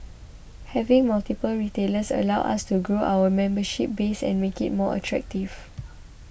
having multiple retailers allows us to grow our membership base and make it more attractive